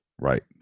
Right